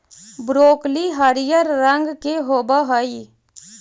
broccoli हरियर रंग के होब हई